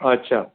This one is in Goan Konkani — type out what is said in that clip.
अच्छा